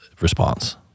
response